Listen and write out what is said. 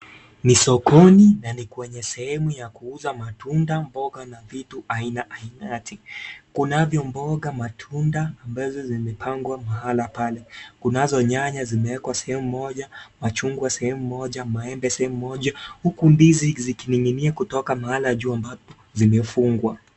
Ni sokoni na ni kwenye sehemu ya kuuza matunda, mboga na vitu aina ainati, kunavyo mboga, matunda ambazo zimepangwa mahala pale, kunazo nyanya zimewekwa sehemu moja, machungwa sehemu moja, maembe sehemu moja huku ndizi zikininginia kutoka mahala juu ambapo zimefungwa.